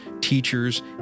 teachers